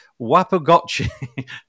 Wapagotchi